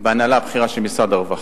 בהנהלה הבכירה של משרד הרווחה.